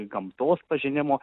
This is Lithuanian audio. gamtos pažinimo